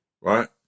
right